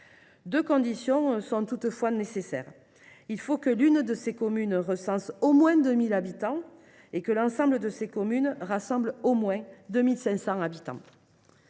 Deux conditions sont toutefois nécessaires : il faut que l’une de ces communes recense au moins 2 000 habitants et que l’ensemble de ces communes rassemblent au moins 2 500 habitants.